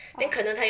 ah